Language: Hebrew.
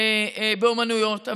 אומנויות,